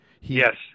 Yes